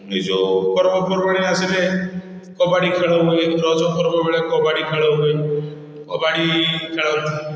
ନିଜ ଭଳିଆ ଆସିଲେ କବାଡ଼ି ଖେଳ ହୁଏ ରଜପର୍ବ ଭଳିଆ କବାଡ଼ି ଖେଳ ହୁଏ କବାଡ଼ି ଖେଳକୁ